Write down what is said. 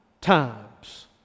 times